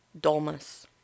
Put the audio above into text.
Dolmas